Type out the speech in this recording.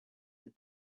that